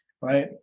right